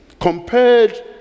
compared